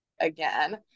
again